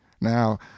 now